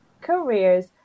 careers